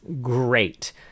great